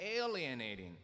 alienating